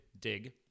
dig